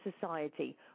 society